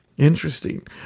Interesting